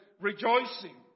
rejoicing